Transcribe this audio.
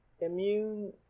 immune